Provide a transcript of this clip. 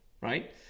right